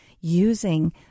using